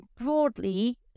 broadly